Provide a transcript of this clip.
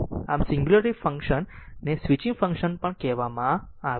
આમ singularity function ને switching function પણ કહેવામાં આવે છે